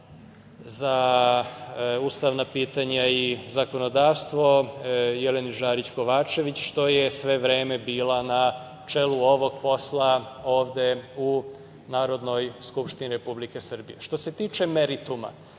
za ustavna pitanja i zakonodavstvo, Jeleni Žarić Kovačević, što je sve vreme bila na čelu ovog posla ovde u Narodnoj skupštini Republike Srbije. Što se tiče merituma,